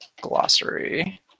glossary